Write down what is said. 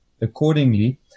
accordingly